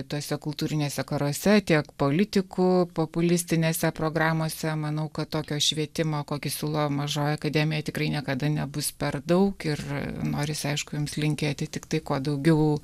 tuose kultūriniuose karuose tiek politikų populistinėse programose manau kad tokio švietimo kokį siūlo mažoji akademija tikrai niekada nebus per daug ir norisi aišku jums linkėti tik tai kuo daugiau